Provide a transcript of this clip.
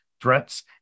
threats